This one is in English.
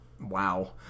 Wow